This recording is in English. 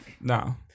No